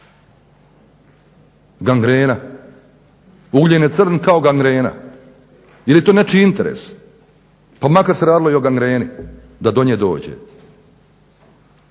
Gangrena, ugljen je crn kao gangrena. Je li to nečiji interes, pa makar se radilo i o gangreni da do nje dođe.